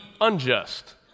unjust